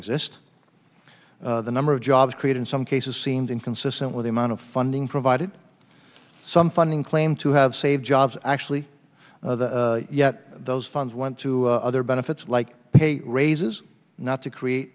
exist the number of jobs created in some cases seems inconsistent with the amount of funding provided some funding claimed to have saved jobs actually yet those funds went to other benefits like pay raises not to create